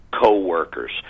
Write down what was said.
co-workers